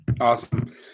Awesome